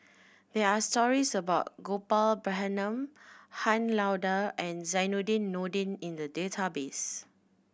there are stories about Gopal Baratham Han Lao Da and Zainudin Nordin in the database